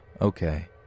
okay